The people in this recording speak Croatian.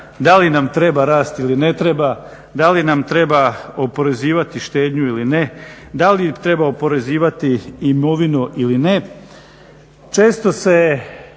da li nam treba rast ili ne treba, da li nam treba oporezivati štednju ili ne, da li treba oporezivati imovinu ili ne. Često se